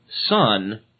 son